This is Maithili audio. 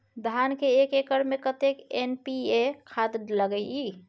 धान के एक एकर में कतेक एन.पी.ए खाद लगे इ?